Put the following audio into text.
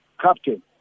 captain